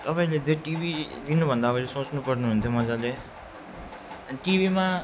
तपाईँले त्यो टिभी दिनुभन्दा अगाडि सोच्नुपर्ने हुन्थ्यो मजाले टिभीमा